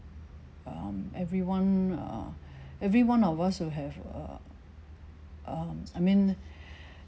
um everyone err everyone of us will have err um I mean